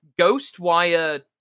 Ghostwire